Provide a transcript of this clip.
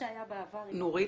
שהיה בעבר עם הרופאים --- נורית,